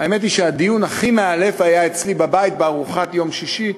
והאמת היא שהדיון הכי מאלף היה אצלי בבית בארוחת יום שישי.